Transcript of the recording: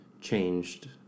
changed